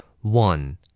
One